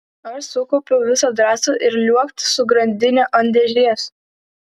aš sukaupiau visą drąsą ir liuokt su grandine ant dėžės